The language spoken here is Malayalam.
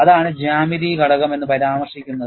അതാണ് ജ്യാമിതി ഘടകം എന്ന് പരാമർശിക്കുന്നത്